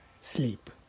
sleep